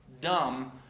dumb